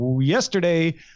yesterday